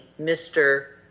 Mr